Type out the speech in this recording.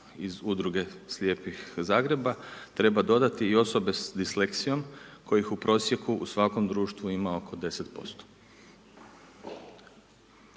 iz Udruge slijepih Zagreba treba dodati i osobe sa disleksijom kojih u prosjeku u svakom društvu ima oko 10%.